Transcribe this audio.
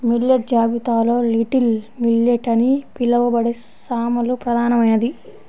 millet జాబితాలో little millet అని పిలవబడే సామలు ప్రధానమైనది